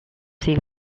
seen